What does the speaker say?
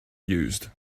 used